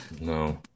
No